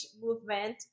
movement